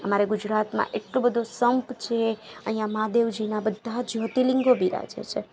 અમારા ગુજરાતમાં એટલો બધો સંપ છે અહીંયા મહાદેવજીના બધા જ જ્યોતિર્લીંગો બિરાજે છે